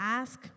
ask